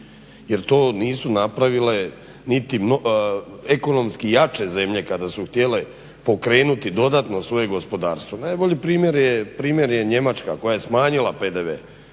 jer to nisu napravile niti ekonomski jače zemlje kada su htjele pokrenuti dodatno svoje gospodarstvo. Najbolji primjer je Njemačka koja je smanjila PDV.